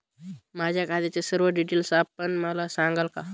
माझ्या खात्याचे सर्व डिटेल्स आपण मला सांगाल का?